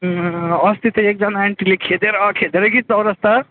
अस्ति त्यो एकजना आन्टीले खेदेर खेदेर कि चौरास्ता